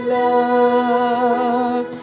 love